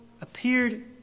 appeared